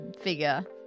figure